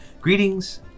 Greetings